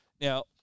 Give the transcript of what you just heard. Now